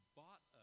bought